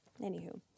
Anywho